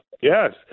Yes